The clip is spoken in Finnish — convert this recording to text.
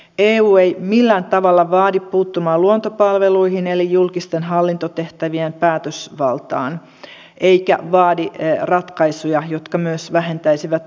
eu ei millään tavalla vaadi puuttumaan luontopalveluihin eli julkisten hallintotehtävien päätösvaltaan eikä vaadi ratkaisuja jotka myös vähentäisivät eduskunnan valtaa